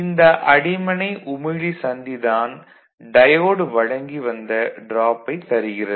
இந்த அடிமனை உமிழி சந்தி தான் டயோடு வழங்கி வந்த டிராப்பைத் தருகிறது